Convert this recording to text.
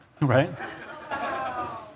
right